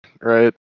right